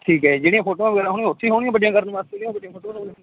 ਠੀਕ ਹੈ ਜਿਹੜੀਆਂ ਫੋਟੋਆਂ ਵਗੈਰਾ ਹੋਣੀਆਂ ਉੱਥੇ ਹੀ ਹੋਣਗੀਆਂ ਵੱਡੀਆਂ ਕਰਨ ਵਾਸਤੇ